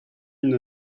une